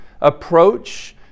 approach